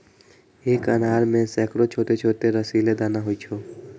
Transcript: एक अनार मे सैकड़ो छोट छोट रसीला दाना होइ छै